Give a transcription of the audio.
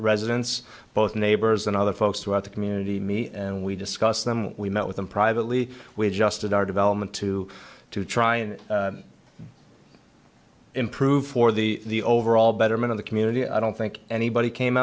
residents both neighbors and other folks throughout the community me and we discussed them we met with them privately we adjusted our development to to try and improve for the overall betterment of the community i don't think anybody came